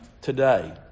today